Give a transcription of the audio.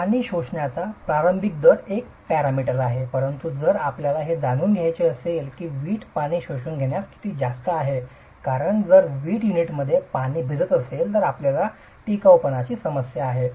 पाणी शोषण्याचा प्रारंभिक दर एक पॅरामीटर आहे परंतु जर आपल्याला हे जाणून घ्यायचे असेल की वीट पाणी शोषून घेण्यास किती जात आहे कारण जर वीट युनिटमध्ये पाणी भिजत असेल तर आपल्याला टिकाऊपणाची समस्या आहे